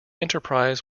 enterprise